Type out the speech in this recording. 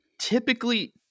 typically